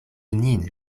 nin